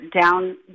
down